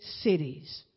cities